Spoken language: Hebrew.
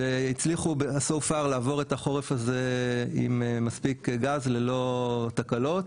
והצליחו לעבור את החורף הזה עם מספיק גז ללא תקלות.